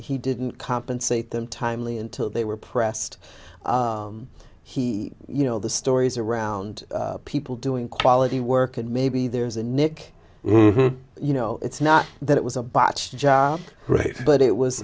he didn't compensate them timely until they were pressed he you know the stories around people doing quality work and maybe there's a nick you know it's not that it was a botched job great but it was